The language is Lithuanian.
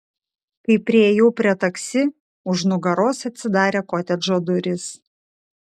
kai priėjau prie taksi už nugaros atsidarė kotedžo durys